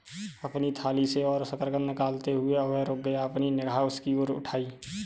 अपनी थाली से और शकरकंद निकालते हुए, वह रुक गया, अपनी निगाह उसकी ओर उठाई